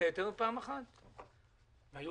לא